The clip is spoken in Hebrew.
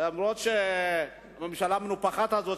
למרות הממשלה המנופחת הזו,